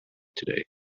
today